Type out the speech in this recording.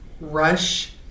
rush